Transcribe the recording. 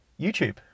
YouTube